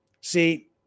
See